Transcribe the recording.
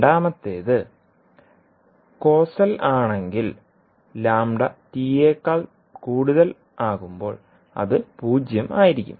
രണ്ടാമത്തേത് കോസൽ ആണെങ്കിൽ അത് 0 ആയിരിക്കും